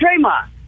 Draymond